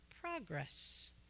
progress